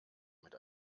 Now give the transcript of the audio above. mit